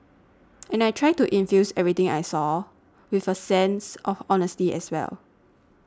and I try to infuse everything I say with a sense of honesty as well